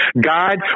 God